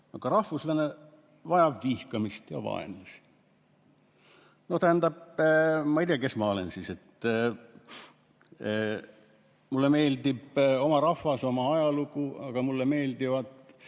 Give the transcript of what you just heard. Aga rahvuslane vajab vihkamist ja vaenamist. Tähendab, ma ei tea, kes ma olen. Mulle meeldib oma rahvas, oma ajalugu, aga mulle meeldivad